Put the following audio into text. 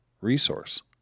resource